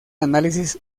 análisis